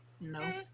No